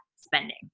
spending